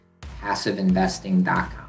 PassiveInvesting.com